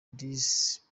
this